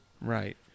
Right